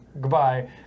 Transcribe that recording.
Goodbye